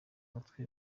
mutwe